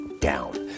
down